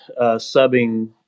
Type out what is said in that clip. subbing